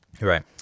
right